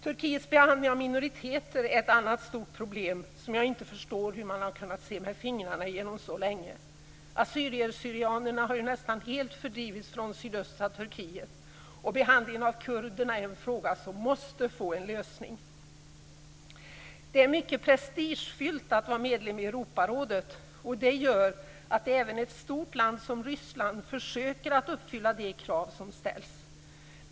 Turkiets behandling av minoriteter är ett annat stort problem, som jag inte förstår hur man kunnat se genom fingrarna med så länge. Assyrier/syrianer har ju nästan helt fördrivits från sydöstra Turkiet, och behandlingen av kurderna är en fråga som måste få en lösning. Det är mycket prestigefyllt att vara medlem i Europarådet, och det gör att även ett stort land som Ryssland försöker att uppfylla de krav som ställs.